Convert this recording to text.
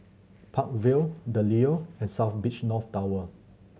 Park Vale The Leo and South Beach North Tower